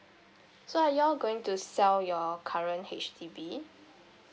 so are you all going to sell your current H_D_B